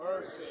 Mercy